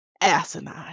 asinine